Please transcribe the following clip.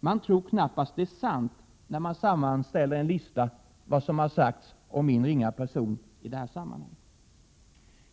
Man tror knappast att det är sant när man sammanställer en lista på vad som sagts om min ringa person i det här sammanhanget.